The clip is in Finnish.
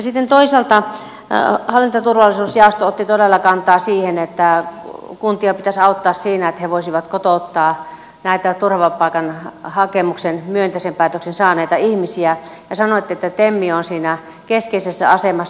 toisaalta hallinto ja turvallisuusjaosto otti todella kantaa siihen että kuntia pitäisi auttaa siinä että he voisivat kotouttaa näitä turvapaikkahakemukseen myönteisen päätöksen saaneita ihmisiä ja sanoitte että tem on siinä keskeisessä asemassa